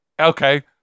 Okay